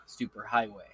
superhighway